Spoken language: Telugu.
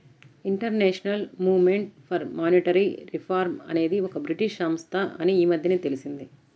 international movement for monetary reform అనేది ఒక బ్రిటీష్ సంస్థ అని ఈ మధ్యనే తెలిసింది